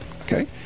Okay